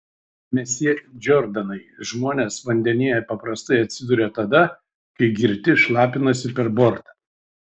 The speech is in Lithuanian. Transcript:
mesjė džordanai žmonės vandenyje paprastai atsiduria tada kai girti šlapinasi per bortą